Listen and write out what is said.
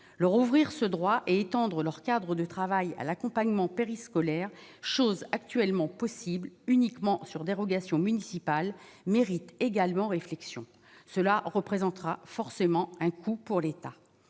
le rouvrir ce droit et étendre leur cadre de travail à l'accompagnement périscolaire chose actuellement possible uniquement sur dérogation municipale méritent également réflexion cela représentera forcément un coût pour l'État,